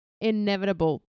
inevitable